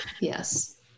Yes